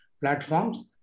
platforms